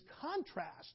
contrast